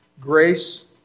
grace